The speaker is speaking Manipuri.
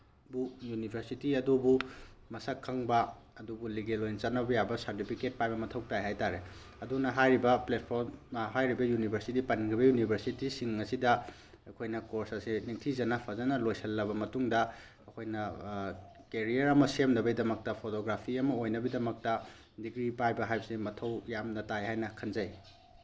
ꯕꯨ ꯌꯨꯅꯤꯚꯔꯁꯤꯇꯤ ꯑꯗꯨꯕꯨ ꯃꯁꯛ ꯈꯪꯕ ꯑꯗꯨꯕꯨ ꯂꯤꯒꯦꯜ ꯑꯣꯏꯅ ꯆꯠꯅꯕ ꯌꯥꯕ ꯁꯥꯔꯇꯤꯐꯤꯀꯦꯠ ꯄꯥꯏꯕ ꯃꯊꯧ ꯇꯥꯏ ꯍꯥꯏ ꯇꯥꯔꯦ ꯑꯗꯨꯅ ꯍꯥꯏꯔꯤꯕ ꯄ꯭ꯂꯦꯠꯐꯣꯝ ꯍꯥꯏꯔꯤꯕ ꯌꯨꯅꯤꯚꯔꯁꯤꯇꯤ ꯄꯟꯈ꯭ꯔꯤꯕ ꯌꯨꯅꯤꯚꯔꯁꯤꯇꯤꯁꯤꯡ ꯑꯁꯤꯗ ꯑꯩꯈꯣꯏꯅ ꯀꯣꯔꯁ ꯑꯁꯦ ꯅꯤꯡꯊꯤꯖꯅ ꯐꯖꯅ ꯂꯣꯏꯁꯤꯜꯂꯕ ꯃꯇꯨꯡꯗ ꯑꯩꯈꯣꯏꯅ ꯀꯦꯔꯤꯌꯥꯔ ꯑꯃ ꯁꯦꯝꯅꯕꯒꯤꯗꯃꯛꯇ ꯐꯣꯇꯣꯒ꯭ꯔꯥꯐꯤ ꯑꯃ ꯑꯣꯏꯕꯒꯤꯗꯃꯛꯇ ꯗꯤꯒ꯭ꯔꯤ ꯄꯥꯏꯕ ꯍꯥꯏꯕꯁꯦ ꯃꯊꯧ ꯌꯥꯝꯅ ꯇꯥꯏ ꯍꯥꯏꯅ ꯈꯟꯖꯩ